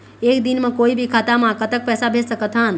एक दिन म कोई भी खाता मा कतक पैसा भेज सकत हन?